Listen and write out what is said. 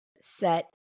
set